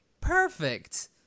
perfect